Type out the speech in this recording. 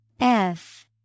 -F